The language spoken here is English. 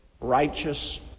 righteous